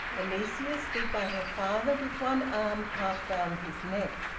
alicia stood by her father, with one arm half round his neck.